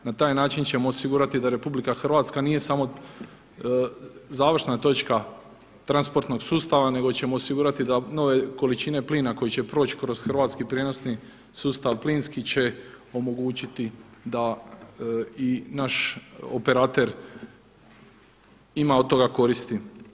Na taj način ćemo osigurati da RH nije samo završna točka transportnog sustava nego ćemo osigurati da nove količine plina koji će proći kroz hrvatski prijenosni sustav plinski će omogućiti da i naš operater ima od toga koristi.